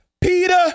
Peter